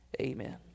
Amen